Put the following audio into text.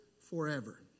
forever